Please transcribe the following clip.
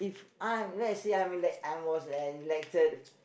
I let's say I'm I was an elected